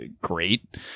great